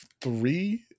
three